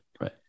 Right